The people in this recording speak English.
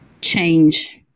change